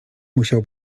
musiał